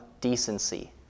decency